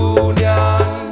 union